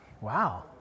Wow